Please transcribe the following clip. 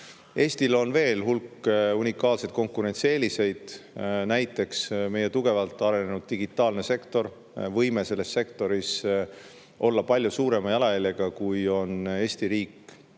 Eestil on veel hulk unikaalseid konkurentsieeliseid, näiteks meie tugevalt arenenud digitaalne sektor: võime selles sektoris olla palju suurema jalajäljega, kui on Eesti riigi